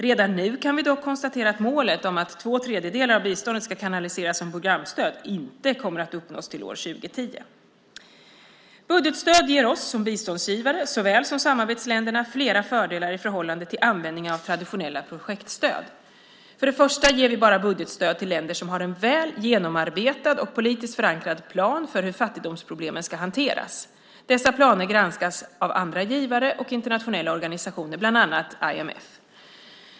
Redan nu kan vi dock konstatera att målet om att två tredjedelar av biståndet ska kanaliseras som programstöd inte kommer att uppnås till år 2010. Budgetstöd ger oss som biståndsgivare, såväl som samarbetsländerna, flera fördelar i förhållande till användningen av traditionella projektstöd. För det första ger vi budgetstöd bara till länder som har en väl ge-nomarbetad och politiskt förankrad plan för hur fattigdomsproblemen ska hanteras. Dessa planer granskas även av andra givare och internationella organisationer, bland annat Internationella valutafonden .